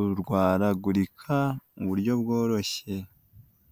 urwaragurika mu buryo bworoshye.